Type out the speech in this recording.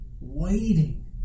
waiting